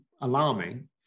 alarming